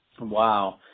Wow